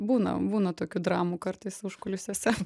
būna būna tokių dramų kartais užkulisiuose